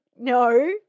No